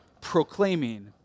Proclaiming